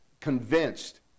convinced